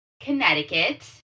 Connecticut